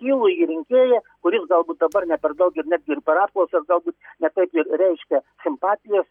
gilųjį rinkėją kuris galbūt dabar ne per daug ir netgi ir per apklausas galbūt ne taip ir reiškia simpatijas